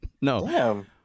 No